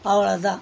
அவ்வளோ தான்